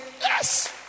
Yes